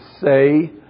say